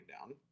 down